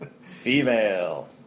Female